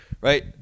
Right